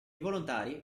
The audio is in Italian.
volontari